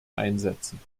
einsetzen